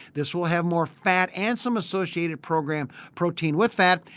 this will have more fat and some associated program protein with that.